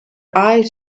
eyes